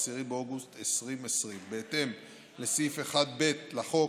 10 באוגוסט 2020. בהתאם לסעיף 1(ב) לחוק,